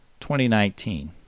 2019